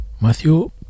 Matthew